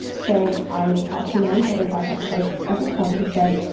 so i've talked to many public health experts at this point who said,